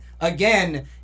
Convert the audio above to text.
Again